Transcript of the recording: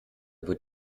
wird